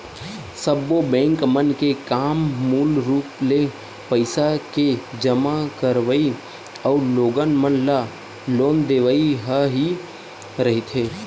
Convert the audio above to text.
सब्बो बेंक मन के काम मूल रुप ले पइसा के जमा करवई अउ लोगन मन ल लोन देवई ह ही रहिथे